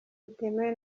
butemewe